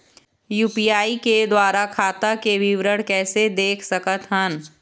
UPI के द्वारा खाता के विवरण कैसे देख सकत हन?